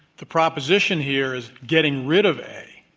the proposition here is getting rid of a.